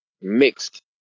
mixed